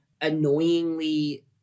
annoyingly